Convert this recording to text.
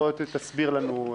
בוא תסביר לנו,